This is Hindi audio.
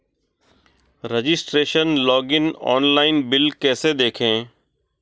रजिस्ट्रेशन लॉगइन ऑनलाइन बिल कैसे देखें?